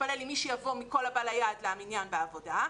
אתפלל עם מי שיבוא מכל הבא ליד למניין בעבודה,